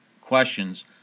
questions